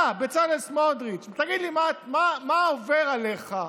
אתה, בצלאל סמוטריץ', תגיד לי: מה עובר עליך?